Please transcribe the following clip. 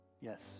Yes